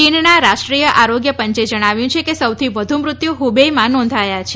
ચીનના રાષ્ટ્રીય આરોગ્યપંચે જણાવ્યું છે કે સૌથી વધુ મૃત્યુ હુબેઈમાં નોંધાયા છ